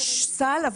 אבל